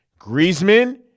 Griezmann